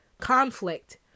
conflict